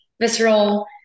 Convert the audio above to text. Visceral